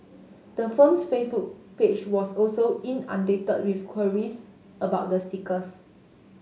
the firm's Facebook page was also inundated with queries about the stickers